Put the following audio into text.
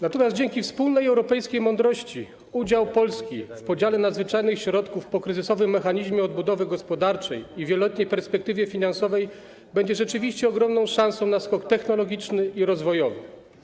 Natomiast dzięki wspólnej europejskiej mądrości udział Polski w podziale nadzwyczajnych środków w pokryzysowym mechanizmie odbudowy gospodarczej i w wieloletniej perspektywie finansowej będzie rzeczywiście ogromną szansą na skok technologiczny i rozwojowy.